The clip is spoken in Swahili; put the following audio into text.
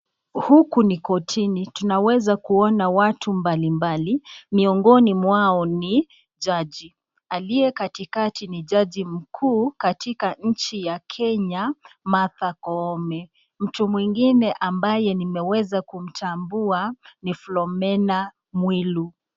Huku ni kotini tunaweza kuona watu mbalimbali miongoni mwao ni jaji. Aliye katikati ni jaji mkuu katika nchi ya Kenya Martha Koome, mtu mwingine ambaye nimeweza kumtambua ni Filomena Mwilu.